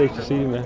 to see you, man.